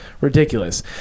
ridiculous